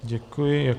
Děkuji.